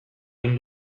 egin